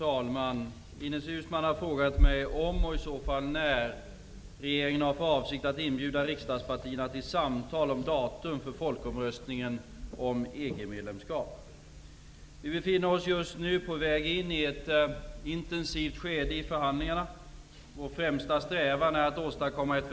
Regeringens hållning rörande EG-förhandlingarna har officiellt varit att sträva efter samförstånd mellan partierna. Detta bekräftades också i den senaste regeringsförklaringen. Datum för folkomröstningen torde rimligtvis vara en fråga att diskutera i samförstånd.